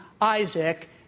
Isaac